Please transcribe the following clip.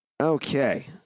Okay